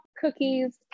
cookies